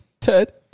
Ted